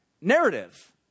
narrative